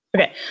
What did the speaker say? Okay